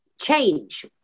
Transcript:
change